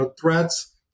threats